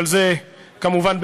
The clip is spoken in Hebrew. אבל זה, כמובן,